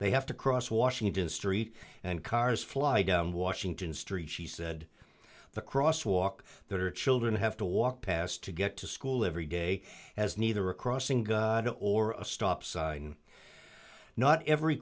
they have to cross washington street and cars fly down washington street she said the cross walk their children have to walk past to get to school every day has neither a crossing guard or a stop sign not every